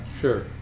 sure